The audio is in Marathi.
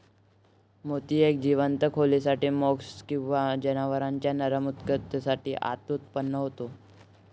मोती एक जीवंत खोलीदार मोल्स्क किंवा जनावरांच्या नरम ऊतकेच्या आत उत्पन्न होतो